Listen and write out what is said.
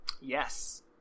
Yes